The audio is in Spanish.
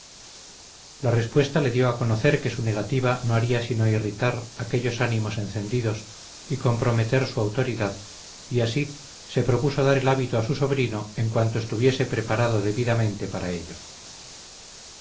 la respuesta le dio a conocer que su negativa no haría sino irritar aquellos ánimos encendidos y comprometer su autoridad y así se propuso dar el hábito a su sobrino en cuanto estuviese preparado debidamente para ello